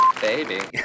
Baby